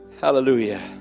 Hallelujah